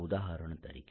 ઉદાહરણ તરીકે